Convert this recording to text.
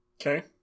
Okay